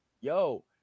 Yo